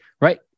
right